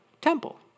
temple